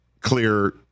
clear